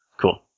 cool